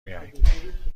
میایم